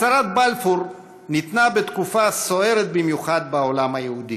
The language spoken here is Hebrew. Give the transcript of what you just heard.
הצהרת בלפור ניתנה בתקופה סוערת במיוחד בעולם היהודי,